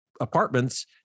apartments